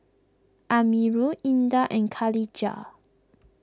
Amirul Indah and Khadija